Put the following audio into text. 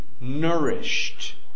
nourished